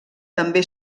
també